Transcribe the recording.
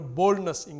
boldness